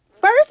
First